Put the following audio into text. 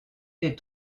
est